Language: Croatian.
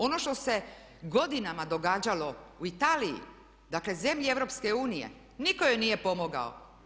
Ono što se godinama događalo u Italiji, dakle zemlji EU nitko joj nije pomogao.